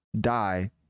die